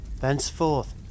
Thenceforth